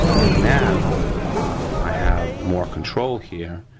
and now i have more control here,